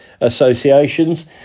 Associations